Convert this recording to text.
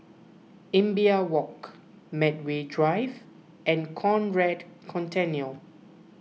Imbiah Walk Medway Drive and Conrad Centennial